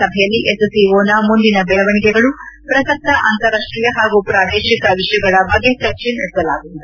ಸಭೆಯಲ್ಲಿ ಎಸ್ಸಿಒನ ಮುಂದಿನ ಬೆಳವಣಿಗೆಗಳು ಪ್ರಸಕ್ತ ಅಂತಾರಾಷ್ಟೀಯ ಹಾಗೂ ಪ್ರಾದೇಶಿಕ ವಿಷಯಗಳ ಬಗ್ಗೆ ಚರ್ಚೆ ನಡೆಸಲಾಗುವುದು